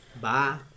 Bye